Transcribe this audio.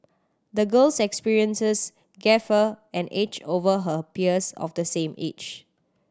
the girl's experiences gave her an edge over her peers of the same age